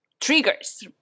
triggers